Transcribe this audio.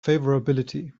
favorability